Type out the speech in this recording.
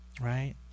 Right